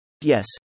Yes